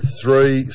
three